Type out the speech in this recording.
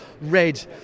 red